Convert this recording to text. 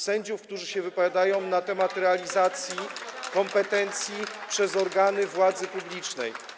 sędziów, którzy się wypowiadają na temat realizacji kompetencji przez organy władzy publicznej.